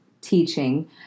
teaching